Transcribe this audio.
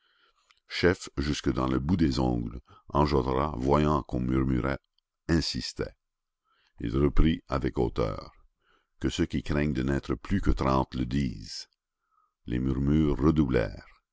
chef jusque dans le bout des ongles enjolras voyant qu'on murmurait insista il reprit avec hauteur que ceux qui craignent de n'être plus que trente le disent les murmures